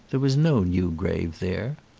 there was no new grave there.